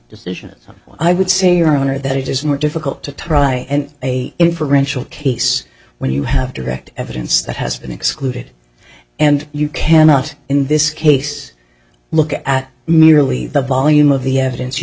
decisions i would say your honor that it is more difficult to try and inferential case when you have direct evidence that has been excluded and you cannot in this case look at merely the volume of the evidence you